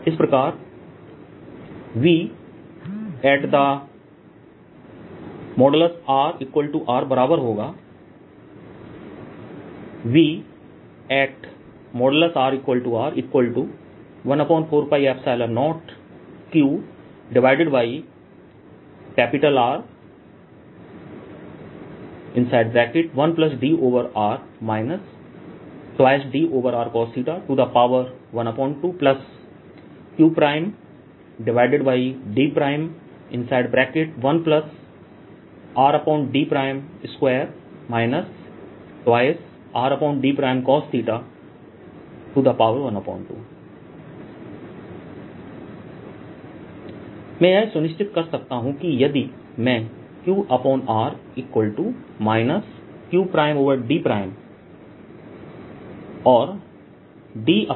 इस प्रकार VrR बराबर होगा VrR14π0qR1dR2 2dRcosθ12qd1Rd2 2 Rdcosθ12 मैं यह सुनिश्चित कर सकता हूं कि यदि मैं qR qd और dRRd